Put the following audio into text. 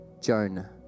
Joan